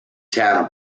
town